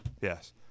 Yes